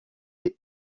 les